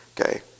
Okay